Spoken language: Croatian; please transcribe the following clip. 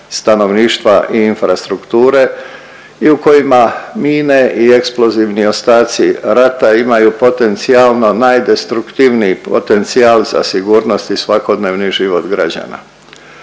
stanovništva i infrastrukture i u kojima mine i eksplozivni ostaci rata imaju potencijalno najdestruktivniji potencijal za sigurnost i svakodnevni život građana.